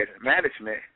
management